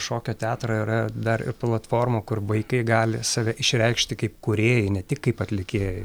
šokio teatro yra dar ir platforma kur vaikai gali save išreikšti kaip kūrėjai ne tik kaip atlikėjai